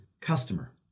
customer